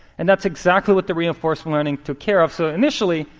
and that's exactly what the reinforced learning took care of. so initially,